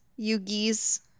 Yugi's